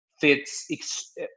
fits